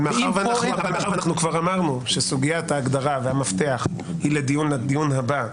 אבל מאחר שאנחנו כבר אמרנו שסוגיית ההגדרה והמפתח היא לדיון הבא,